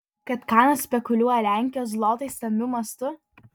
kad kanas spekuliuoja lenkijos zlotais stambiu mastu